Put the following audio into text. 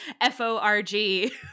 f-o-r-g